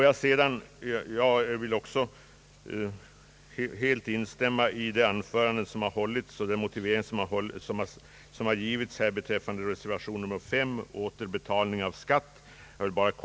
Jag vill också helt instämma i de motiveringar som givits i anföranden om reservation nr 5 beträffande återbetalning av skatt.